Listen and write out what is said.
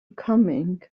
coming